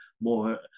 more